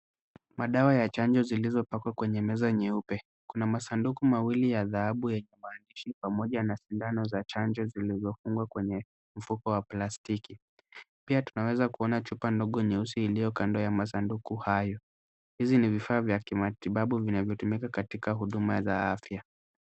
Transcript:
Madawa ya chanjo zilizopakwa kwenye meza nyeupe, kuna masanduku mawili ya dhaabu yenye parachichi pamoja na sindano za chanjo zilizokuwa kwenye mfuko wa plastiki. Pia, tunaweza kuona chupa ndogo nyeusi iliyo kando ya masanduku hayo, hizi ni vifaa vya kimatibabu vinavyotumika katika huduma za afya.